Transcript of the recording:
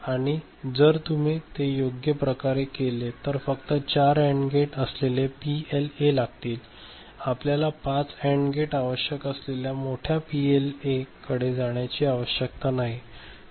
आणि जर तुम्ही ते योग्य प्रकारे केले तर फक्त 4 अँड गेट असलेले पीएलए लागतील आपल्याला पाच अँड गेट आवश्यक असलेल्या मोठ्या पीएलए कडे जाण्याची आवश्यकता नाही